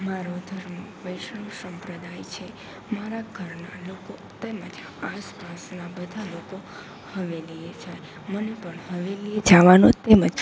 મારો ધર્મ વૈષ્ણવ સંપ્રદાય છે મારા ઘરના લોકો તેમજ આસપાસના બધાં લોકો હવેલીએ જાય મને પણ હવેલીએ જ જવાનું તેમજ